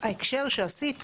ההקשר שעשית